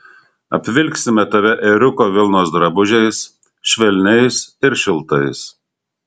apvilksime tave ėriuko vilnos drabužiais švelniais ir šiltais